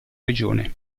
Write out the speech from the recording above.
regione